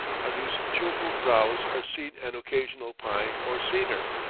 on whose cheerful brows are seen an occasional pine or cedar.